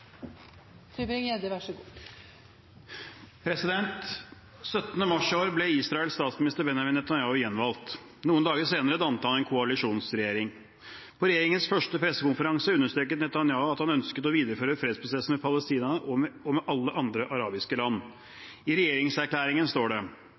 mars i år ble Israels statsminister Benjamin Netanyahu gjenvalgt. Noen dager senere dannet han en koalisjonsregjering. På regjeringens første pressekonferanse understreket Netanyahu at han ønsket å videreføre fredsprosessen med Palestina og med alle andre arabiske land. I regjeringserklæringen står det: